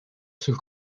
sul